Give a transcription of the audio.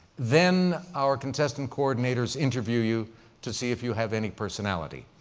then our contestant coordinators interview you to see if you have any personality.